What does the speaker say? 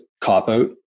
cop-out